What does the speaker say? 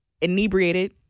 inebriated